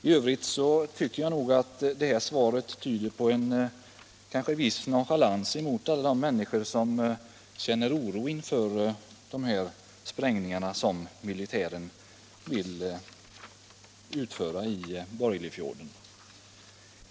I övrigt tycker jag att svaret tyder på en viss nonchalans mot alla de människor som känner oro inför de sprängningar som militären vill utföra i Borgilefjorden.